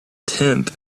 tenth